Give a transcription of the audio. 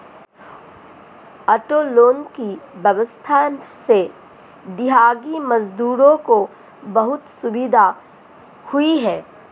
auto loan की व्यवस्था से दिहाड़ी मजदूरों को बहुत सुविधा हुई है